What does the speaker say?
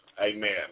Amen